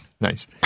nice